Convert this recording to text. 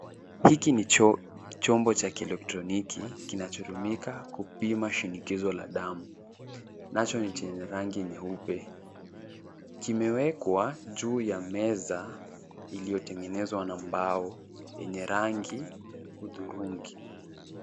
Hiki ni chombo cha kielektroniki kinachotumika kupima shinikizo la damu nacho ni chenye rangi nyeupe. Kimewekwa juu ya meza iliyotengenzwa na mbao yenye rangi hudhurungi.